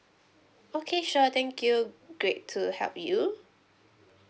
okay sure thank you great to help you